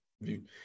view